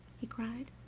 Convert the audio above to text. he cried.